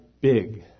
big